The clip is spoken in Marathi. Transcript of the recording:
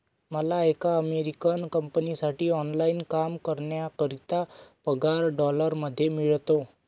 मला एका अमेरिकन कंपनीसाठी ऑनलाइन काम करण्याकरिता पगार डॉलर मध्ये मिळतो